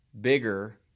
bigger